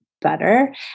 better